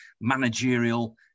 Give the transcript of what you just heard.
managerial